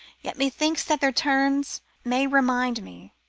yet methinks that their turns may remind me